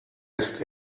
ist